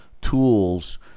tools